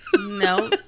No